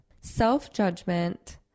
self-judgment